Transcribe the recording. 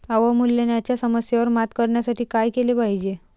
अवमूल्यनाच्या समस्येवर मात करण्यासाठी काय केले पाहिजे?